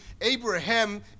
Abraham